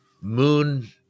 moon